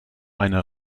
eine